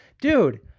dude